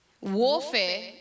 Warfare